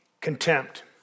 contempt